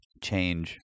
change